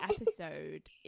episode